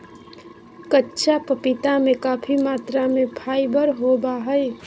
कच्चा पपीता में काफी मात्रा में फाइबर होबा हइ